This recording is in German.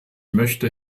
möchte